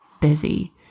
busy